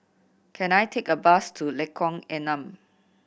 can I take a bus to Lengkok Enam